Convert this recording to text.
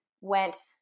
went